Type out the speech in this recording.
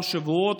בכמה שבועות,